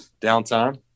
downtime